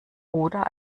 oder